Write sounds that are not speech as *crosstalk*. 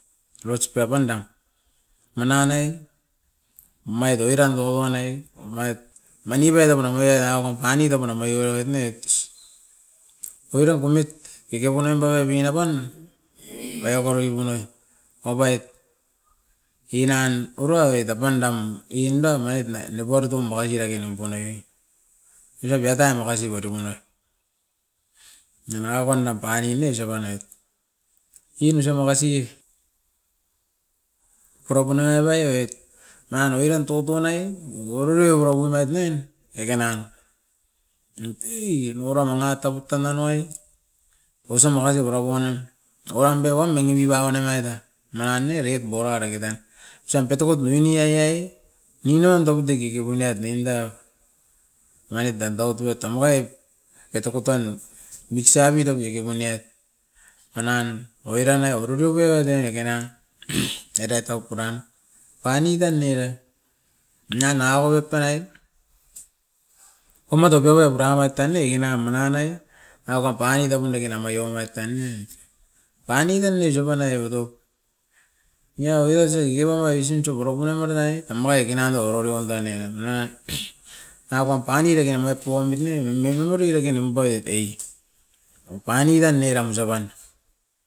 Oisip apandan, manan ne omait o oiran tokoroin ne, omait manip e toko era kom painit eva top oin o manit ne os. Oiran poimit kekepu nampa oit pinen apan, amai oko diki punai opait inan uroit apan dam inda omait ne nepua tutum baka diki dake nimpunoi era piatan makasi poit uruain. Ne mara pan nam panimi isop anoit, iiin isop makasi pura pun nanga pai oit nangan oiran toton ai ororio oira pum noit ne, eke nan. Oit ei mikuran unat tavut tanan owai, ausim makasi pura puanem uram pe wam mangi wiwa oin emait a, manan ne dengit bora dake tan. Ostan petukut nuini ai ai, nim nion tavut e kiki pun niet noinda manit tan toutu oit tamuai, e tuku tan wik sabido wik i puniet manan oiran e oburu biop e ai te dake na *noise* edai tau puran pani tan era nian nangako biot tanai omatot piopai puramat tan ne ginam manan ai, aukam panit apum dake namai omait tan nia panit tan isop anai eva top niako aisi kipapai oisin tu boro pun amaranai amakai kinan o oroain tan nien na. Nanga pam pani dake nama tuam oit ne me memori dake nimpa oit e, o panit tan eram osapan.